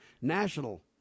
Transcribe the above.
National